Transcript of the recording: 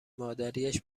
مادریاش